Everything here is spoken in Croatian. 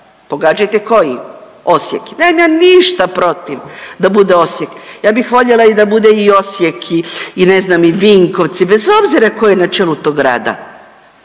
pogađajte koji, Osijek. Nemam ja ništa protiv da bude Osijek, ja bih voljela i da bude i Osijek i, i ne znam i Vinkovci, bez obzira ko je na čelu tog grada,